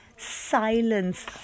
silence